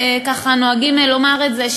ונוהגים לומר את זה,